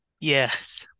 Yes